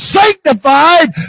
sanctified